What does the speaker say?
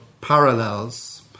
parallels